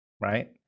right